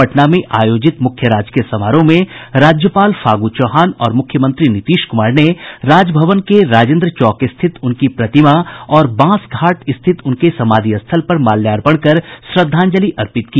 पटना में आयोजित मुख्य राजकीय समारोह में राज्यपाल फागू चौहान और मुख्यमंत्री नीतीश कुमार ने राजभवन के राजेन्द्र चौक स्थित उनकी प्रतिमा और बांस घाट स्थित उनके समाधि स्थल पर माल्यार्पण कर श्रद्धांजलि अर्पित की